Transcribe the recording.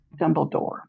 Dumbledore